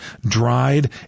dried